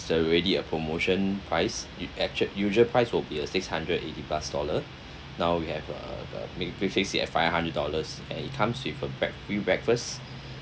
already a promotion price u~ actual usual price will be a six hundred eighty bucks dollar now we have uh the prefix it at five hundred dollars and it comes with a break~ three breakfast